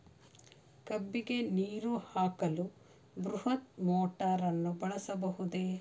ಕಬ್ಬಿಗೆ ನೀರು ಹಾಕಲು ಬೃಹತ್ ಮೋಟಾರನ್ನು ಬಳಸಬಹುದೇ?